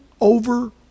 over